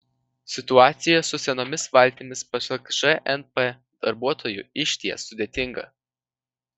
situacija su senomis valtimis pasak žnp darbuotojų išties sudėtinga